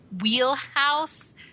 wheelhouse